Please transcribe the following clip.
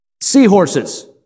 seahorses